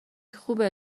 خوبه